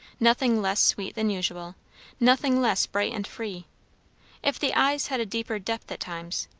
nothing less sweet than usual nothing less bright and free if the eyes had a deeper depth at times,